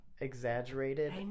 exaggerated